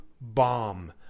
bomb